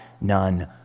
none